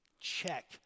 check